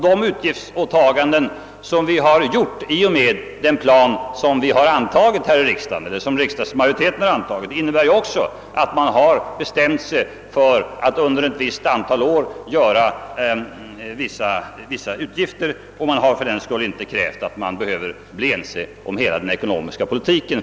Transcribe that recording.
De utgiftsåtaganden som gjorts i och med den plan för biståndspolitiken som riksdagmajoriteten antagit, innebär också att man bestämt sig för att under ett viss antal år skall ha vissa utgifter. Man har för den skull inte krävt enighet om hela den ekonomiska politiken.